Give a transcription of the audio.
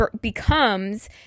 becomes